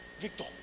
Victor